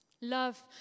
Love